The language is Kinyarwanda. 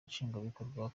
nshingwabikorwa